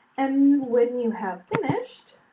and, when you have finished,